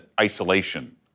isolation